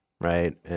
right